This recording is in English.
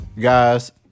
Guys